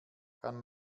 kann